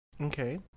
Okay